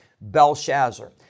Belshazzar